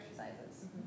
exercises